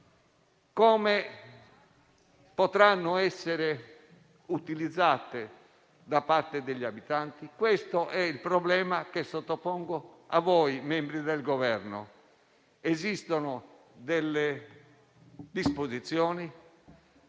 come potranno essere utilizzate da parte degli abitanti? È questo il problema che sottopongo a voi, onorevoli membri del Governo. Esistono disposizioni